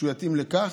שיתאים לכך,